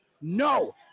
no